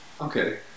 Okay